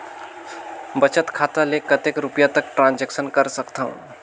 बचत खाता ले कतेक रुपिया तक ट्रांजेक्शन कर सकथव?